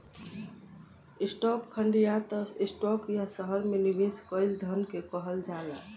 stock fund या त stock या शहर में निवेश कईल धन के कहल जाला